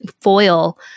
foil